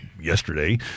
Yesterday